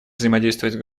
взаимодействовать